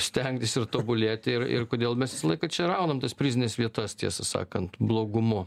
stengtis ir tobulėti ir ir kodėl mes visą laiką čia raunam tas prizines vietas tiesą sakant blogumu